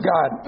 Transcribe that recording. God